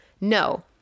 no